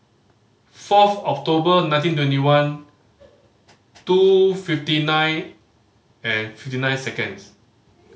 fourth October nineteen twenty one two fifty nine and fifty nine seconds